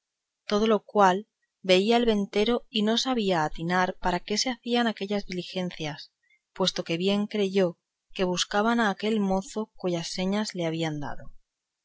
todo lo cual veía el ventero y no sabía atinar para qué se hacían aquellas diligencias puesto que bien creyó que buscaban aquel mozo cuyas señas le habían dado